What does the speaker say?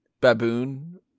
baboon